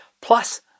plus